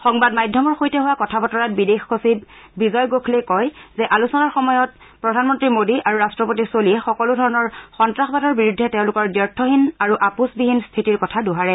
সংবাদ মাধ্যমৰ সৈতে হোৱা কথাবতৰাত বিদেশ সচিব বিজয় গোখলে কয় যে আলোচনাৰ সময়ত প্ৰধানমন্ত্ৰী মোডী আৰু ৰট্টপতি ছলিহে সকলোধৰণৰ সন্নাসবাদৰ বিৰুদ্ধে তেওঁলোকৰ দ্ব্থহীন আৰু আপোচবিহীন স্থিতিৰ কথা দোহাৰে